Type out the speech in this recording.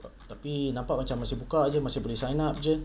tapi nampak macam masih buka jer masih boleh sign up jer